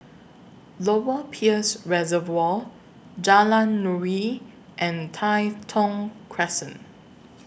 Lower Peirce Reservoir Jalan Nuri and Tai Thong Crescent